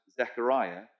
Zechariah